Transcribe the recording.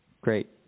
Great